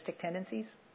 tendencies